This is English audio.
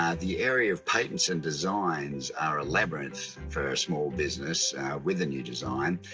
the area of patents and designs are a labyrinth for a small business with a new design.